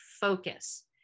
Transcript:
focus